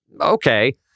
Okay